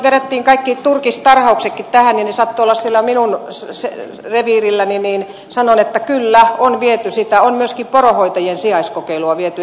vedettiin kaikki turkistarhauksetkin tähän ja kun ne sattuvat olemaan siellä minun reviirilläni niin sanon että kyllä on viety sitä on myöskin poronhoitajien sijaiskokeilua viety eteenpäin